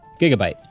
Gigabyte